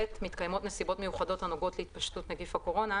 (ב)מתקיימות נסיבות מיוחדות הנוגעות להתפשטות נגיף הקורונה,